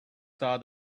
saw